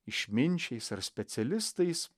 išminčiais ar specialistais